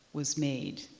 was made.